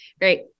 Great